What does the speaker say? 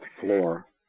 floor